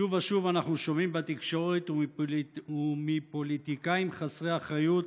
שוב ושוב אנחנו שומעים בתקשורת ומפוליטיקאים חסרי אחריות